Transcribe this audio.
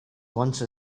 once